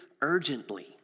urgently